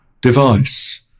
device